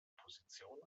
position